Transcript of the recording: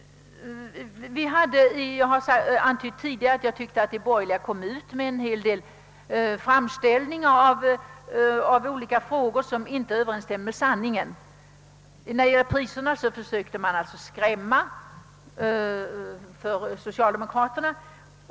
Jag har tidigare antytt att de borgerliga i valrörelsen framställde en del frågor som inte överensstämmer med sanningen. När det gällde prisstegringarna förde man en ren skrämselpropaganda mot socialdemokraterna.